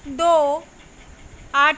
ਦੋ ਅੱਠ